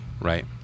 Right